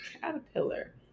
caterpillar